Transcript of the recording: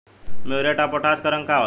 Muriate of potash के रंग का होला?